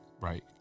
right